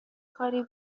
کاری